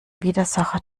widersacher